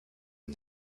him